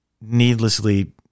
needlessly